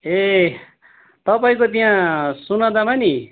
ए तपाईँको त्यहाँ सोनादामा नि